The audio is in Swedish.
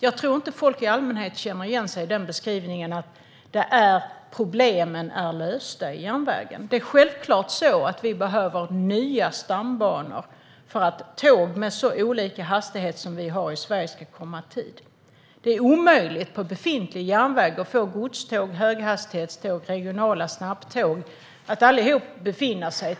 Jag tror inte att folk i allmänhet känner igen sig i beskrivningen att problemen med järnvägen är lösta. Självklart behöver vi nya stambanor för att tåg med så olika hastigheter ska komma i tid. Det är omöjligt på befintlig järnväg att få godståg, höghastighetståg och regionala snabbtåg att samsas.